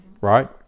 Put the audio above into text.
right